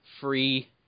free